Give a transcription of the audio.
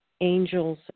angels